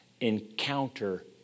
encounter